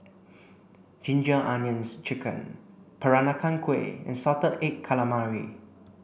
ginger onions chicken Peranakan Kueh and salted egg calamari